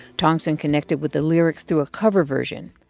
tongson connected with the lyrics through a cover version.